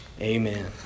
Amen